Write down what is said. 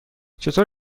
چطور